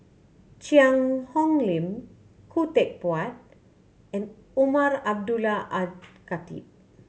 Cheang Hong Lim Khoo Teck Puat and Umar Abdullah Al Khatib